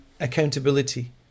Accountability